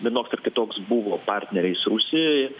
vienoks ar kitoks buvo partneriais rusijoj